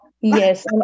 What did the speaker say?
Yes